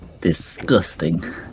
Disgusting